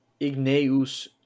Igneus